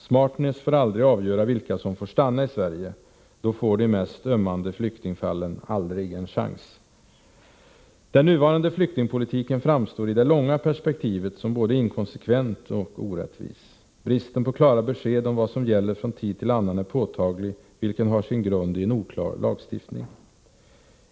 Smartness får aldrig avgöra vilka som får stanna i Sverige — då får de mest ömmande flyktingfallen aldrig en chans. Den nuvarande flyktingpolitiken framstår i det långa perspektivet som både inkonsekvent och orättvis. Bristen på klara besked om vad som gäller från tid till annan är påtaglig, vilket har sin grund i en oklar lagstiftning.